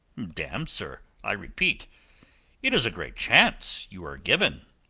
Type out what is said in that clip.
damme, sir, i repeat it is a great chance you are given.